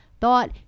Thought